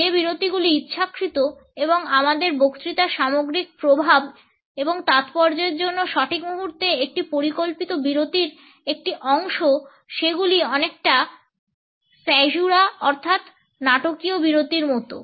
যে বিরতিগুলি ইচ্ছাকৃত এবং আমাদের বক্তৃতার সামগ্রিক প্রভাব এবং তাৎপর্যের জন্য সঠিক মুহূর্তে একটি পরিকল্পিত বিরতির একটি অংশ সেগুলি অনেকটা স্যাযুরা অর্থাৎ নাটকীয় বিরতির মতো